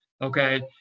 Okay